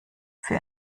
für